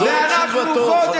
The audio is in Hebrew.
זאת תשובתו.